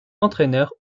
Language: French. entraîneur